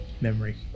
memory